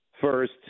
First